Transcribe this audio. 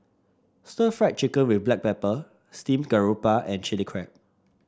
Stir Fried Chicken with Black Pepper Steamed Garoupa and Chilli Crab